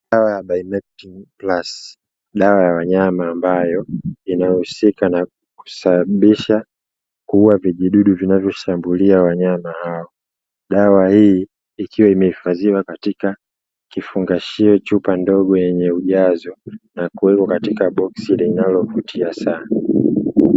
Dawa ya "Bimectin Plus", dawa ya wanyama ambayo inahusika na kusababisha kuua vijidudu vinavyoshambulia wanyama hao. Dawa hii ikiwa imehifadhiwa katika kifungashio cha chupa ndogo yenye ujazo, na kuwekwa katika boksi linalovutia sana.